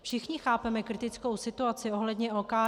Všichni chápeme kritickou situaci ohledně OKD.